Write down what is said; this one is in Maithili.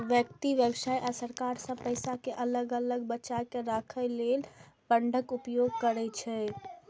व्यक्ति, व्यवसाय आ सरकार सब पैसा कें अलग बचाके राखै लेल फंडक उपयोग करै छै